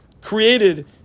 created